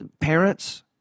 parents